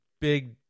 big